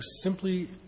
simply